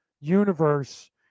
universe